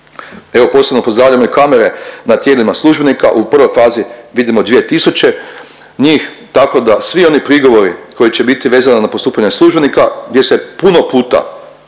Evo posebno pozdravljam i kamere na tijelima službenika u prvoj fazi vidimo 2000 njih, tako da svi oni prigovori koji će biti vezana na postupanja službenika gdje se puno puta